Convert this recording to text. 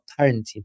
parenting